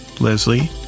Leslie